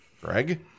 Greg